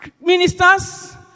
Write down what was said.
ministers